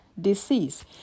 disease